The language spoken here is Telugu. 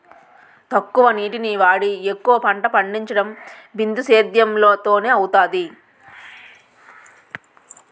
తక్కువ నీటిని వాడి ఎక్కువ పంట పండించడం బిందుసేధ్యేమ్ తోనే అవుతాది